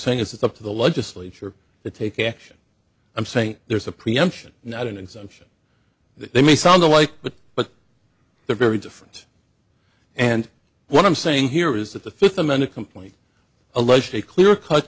saying is it's up to the legislature to take action i'm saying there's a preemption not an exemption that they may sound alike but they're very different and what i'm saying here is that the fifth amendment complaint alleges a clear cut